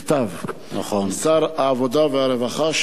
מכתב לשר העבודה והרווחה,